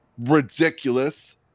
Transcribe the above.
ridiculous